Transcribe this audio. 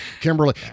Kimberly